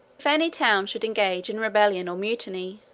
if any town should engage in rebellion or mutiny,